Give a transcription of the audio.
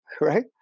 right